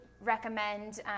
recommend